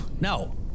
No